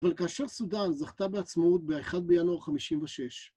אבל כאשר סודן זכתה בעצמאות ב-1 בינואר 56.